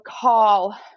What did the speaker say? call